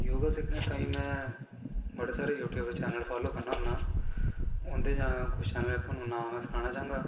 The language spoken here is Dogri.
योगा दिक्खनें तांई में बड़े सारे यूटयूब चैन्नल फालो करना होना उंदै चा कुश चैन्नल नां में सनाना चांह्गा